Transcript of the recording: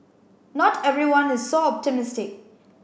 not everyone is so optimistic